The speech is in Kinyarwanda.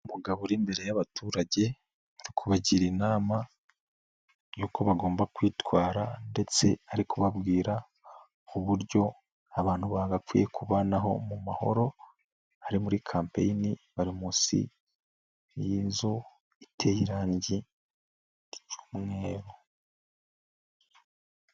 Umugabo uri imbere y'abaturage ari kubagira inama y'uko bagomba kwitwara ndetse ari kubabwira uburyo abantu bagakwiye kubanaho mu mahoro ari muri kampeni bari munsi y'inzu iteye irangi ry'umweru.